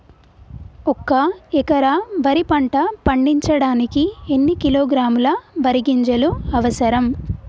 ఒక్క ఎకరా వరి పంట పండించడానికి ఎన్ని కిలోగ్రాముల వరి గింజలు అవసరం?